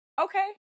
Okay